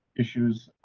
issues.